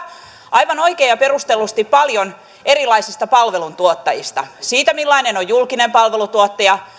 aivan oikein ja perustellusti paljon erilaisista palveluntuottajista siitä millainen on julkinen palveluntuottaja